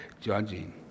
judging